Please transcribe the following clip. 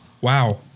Wow